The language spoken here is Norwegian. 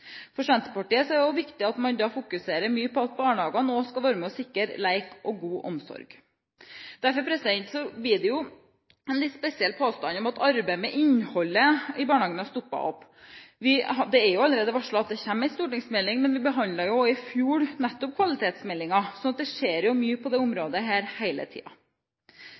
For Senterpartiet er det viktig at man da fokuserer mye på at barnehagen også skal være med og sikre lek og god omsorg. Derfor blir det en litt spesiell påstand at arbeidet med innholdet i barnehagen har stoppet opp. Det er allerede varslet at det kommer en stortingsmelding, og vi behandlet i fjor kvalitetsmeldingen. Så det skjer mye på dette området hele tiden. Det